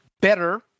better